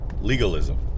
legalism